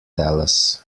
dallas